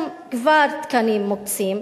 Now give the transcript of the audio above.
כבר יש שם תקנים מוקצים,